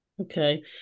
Okay